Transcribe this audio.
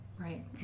Right